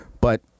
But-